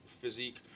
physique